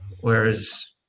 Whereas